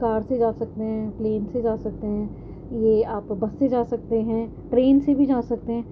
کار سے جا سکتے ہیں پلین سے جا سکتے ہیں یہ آپ بس سے جا سکتے ہیں ٹرین سے بھی جا سکتے ہیں